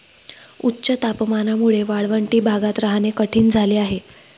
उच्च तापमानामुळे वाळवंटी भागात राहणे कठीण झाले आहे